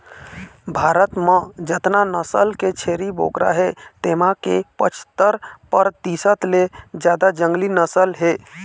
भारत म जतना नसल के छेरी बोकरा हे तेमा के पछत्तर परतिसत ले जादा जंगली नसल के हे